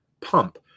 pump